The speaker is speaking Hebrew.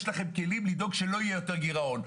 לכם כלים לדאוג שלא יהיה יותר גירעון.